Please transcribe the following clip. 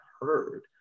heard